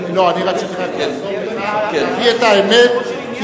אני רציתי רק להביא את האמת,